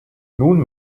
nun